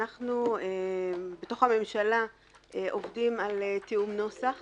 אנחנו בתוך הממשלה עובדים על תיאום נוסח